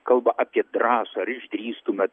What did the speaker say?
kalba apie drąsą ar išdrįstumėt